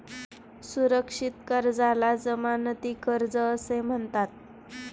सुरक्षित कर्जाला जमानती कर्ज असेही म्हणतात